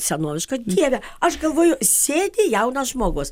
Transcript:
senoviška dieve aš galvoju sėdi jaunas žmogus